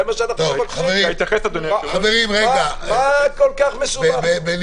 מה כל כך מסובך?